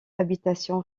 habitation